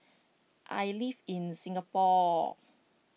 I live in Singapore